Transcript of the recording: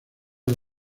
del